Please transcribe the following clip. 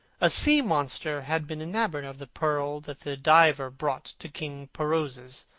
a sea-monster had been enamoured of the pearl that the diver brought to king perozes,